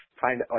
find